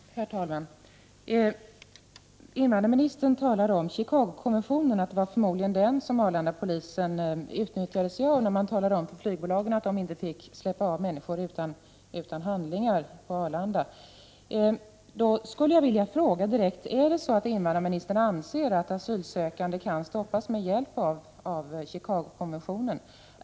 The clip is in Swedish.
Herr talman! Invandrarministern sade att Arlandapolisen förmodligen tillämpade Chicagokonventionen då man talade om för flygbolagen att de inte fick släppa av människor utan handlingar på Arlanda. Anser invandrarministern att asylsökande kan stoppas med hjälp av Chicagokonventionen?